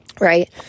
right